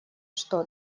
что